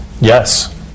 Yes